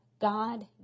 God